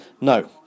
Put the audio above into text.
no